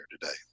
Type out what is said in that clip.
today